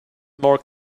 more